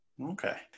Okay